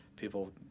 People